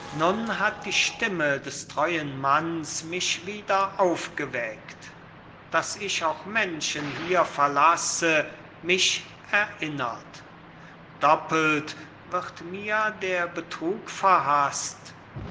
hat die stimme des treuen manns mich wieder aufgeweckt daß ich auch menschen hier verlasse mich erinnert doppelt wird mir der betrug verhaßt